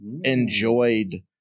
enjoyed